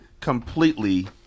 completely